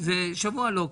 זה שבוע לא קל,